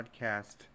podcast